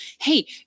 Hey